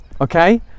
okay